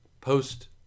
post